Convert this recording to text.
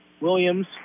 Williams